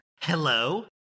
Hello